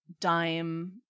dime